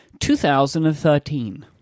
2013